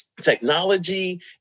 technology